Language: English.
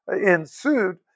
ensued